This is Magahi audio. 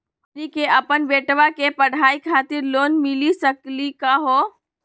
हमनी के अपन बेटवा के पढाई खातीर लोन मिली सकली का हो?